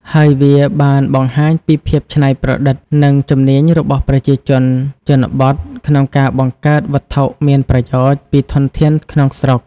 ហើយវាបានបង្ហាញពីភាពច្នៃប្រឌិត និងជំនាញរបស់ប្រជាជនជនបទក្នុងការបង្កើតវត្ថុមានប្រយោជន៍ពីធនធានក្នុងស្រុក។